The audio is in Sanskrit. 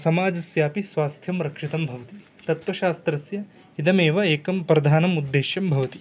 समाजस्यापि स्वास्थ्यं रक्षितं भवति तत्वशास्त्रस्य इदमेव एकं प्रधानमुद्दिश्यं भवति